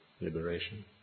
liberation